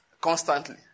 Constantly